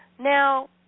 Now